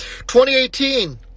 2018